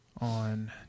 on